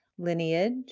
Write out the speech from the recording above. lineage